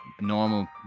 Normal